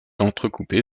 entrecoupé